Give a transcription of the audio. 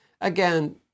Again